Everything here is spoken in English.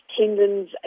tendons